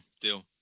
Deal